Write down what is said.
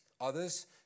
Others